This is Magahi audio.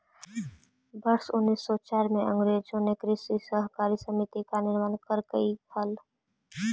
वर्ष उनीस सौ चार में अंग्रेजों ने कृषि सहकारी समिति का निर्माण करकई हल